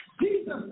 Jesus